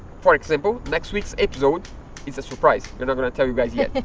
for example next week's episode is a surprise. we're not gonna tell you guys yet.